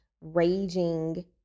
raging